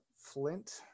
Flint